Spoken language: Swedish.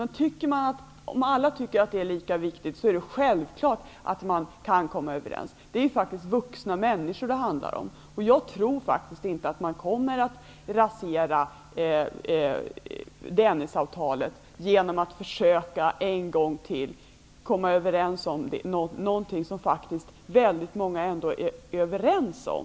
Men om alla tycker att det är lika viktigt kan man självfallet komma överens. Det handlar faktiskt om vuxna människor. Jag tror inte att man kommer att rasera Dennisavtalet genom att en gång till försöka komma överens om någonting som väldigt många faktiskt är överens om.